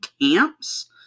camps